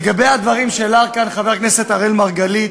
לגבי הדברים שהעלה כאן חבר הכנסת אראל מרגלית,